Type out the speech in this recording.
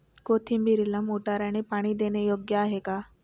कोथिंबीरीला मोटारने पाणी देणे योग्य आहे का?